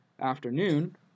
afternoon